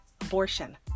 abortion